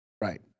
right